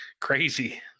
crazy